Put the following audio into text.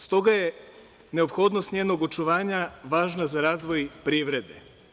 S toga je neophodnost njenog očuvanja važna za razvoj privrede.